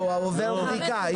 הוא עובר בדיקה.